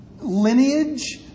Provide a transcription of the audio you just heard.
lineage